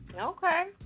Okay